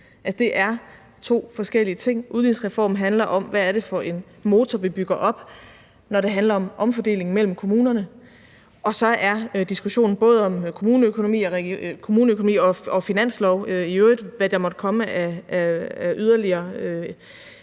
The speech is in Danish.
det er to forskellige ting. Udligningsreformen handler om, hvad det er for en motor, vi bygger op, når det handler om omfordeling mellem kommunerne. Og så er diskussionen om både kommuneøkonomi og finanslov, og hvad der i øvrigt måtte komme af yderligere